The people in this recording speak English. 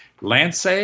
Lance